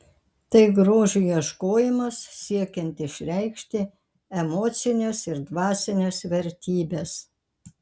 tai grožio ieškojimas siekiant išreikšti emocines ir dvasines vertybes